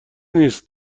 نیست